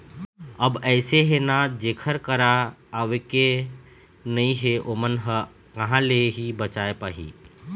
अब अइसे हे ना जेखर करा आवके नइ हे ओमन ह कहाँ ले ही बचाय पाही